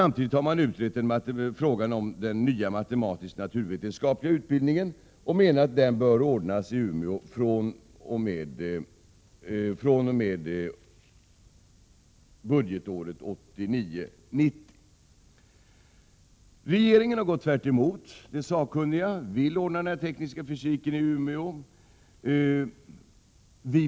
Man har samtidigt utrett frågan om den nya matematisk-naturvetenskapliga utbildningen och menar att den bör ordnas i Umeå fr.o.m. budgetåret 1989/90. Regeringen har gått tvärtemot de sakkunniga och vill ordna teknisk fysik-linjen i Umeå.